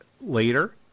later